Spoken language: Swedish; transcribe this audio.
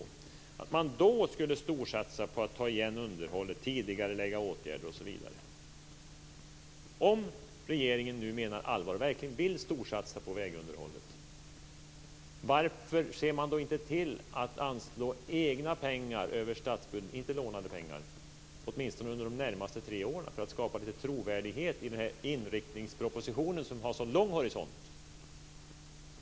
Då skulle man storsatsa på att ta igen vad man missat vad gäller underhållet, tidigarelägga åtgärder osv. Varför ser regeringen inte till att anslå egna pengar - inte lånade - över statsbudgeten under de närmaste tre åren, om man nu menar allvar och verkligen vill storsatsa på vägunderhållet? Då skulle man skapa lite trovärdighet i samband med denna inriktningsproposition, som har så lång räckvidd.